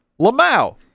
Lamau